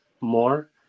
more